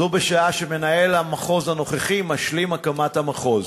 זאת בשעה שמנהל המחוז הנוכחי משלים את הקמת המחוז.